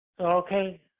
Okay